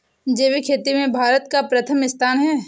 जैविक खेती में भारत का प्रथम स्थान है